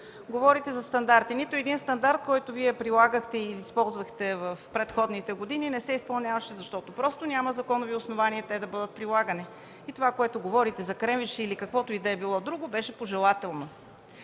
Говорите за стандарти – нито един стандарт, който Вие прилагахте и използвахте в предходните години, не се изпълняваше, защото няма законови основания те да бъдат прилагани. Това, което говорите за кренвирши, или каквото и да било друго, беше пожелателно.